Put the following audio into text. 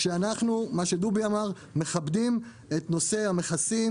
כשאנחנו מה שדובי אמר מכבדים את נושא המכסים.